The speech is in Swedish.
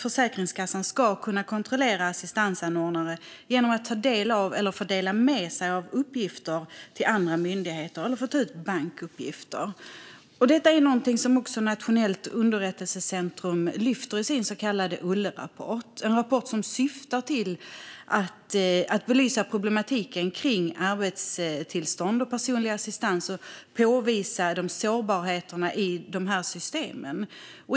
Försäkringskassan ska kunna kontrollera assistansanordnare genom att ta del av eller få dela med sig av uppgifter till andra myndigheter eller att få begära ut bankuppgifter. Detta är något som även Nationellt underrättelsecentrum lyfter upp i sin så kallade Ollerapport. Det är en rapport som syftar till att belysa problematiken kring arbetstillstånd och personlig assistans och påvisa de sårbarheter som finns i systemen.